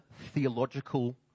theological